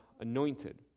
anointed